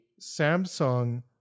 Samsung